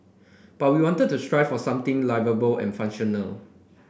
but we wanted to strive for something liveable and functional